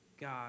God